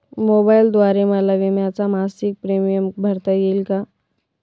मोबाईलद्वारे मला विम्याचा मासिक प्रीमियम भरता येईल का?